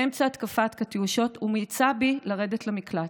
באמצע התקפת קטיושות, ומאיצה בי לרדת למקלט.